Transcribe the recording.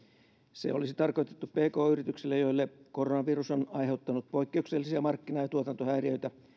se olisi tarkoitettu pk yrityksille joille koronavirus on aiheuttanut poikkeuksellisia markkina ja tuotantohäiriöitä